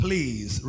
Please